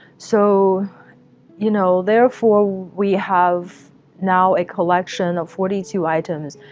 so you know, therefore we have now a collection of forty two items.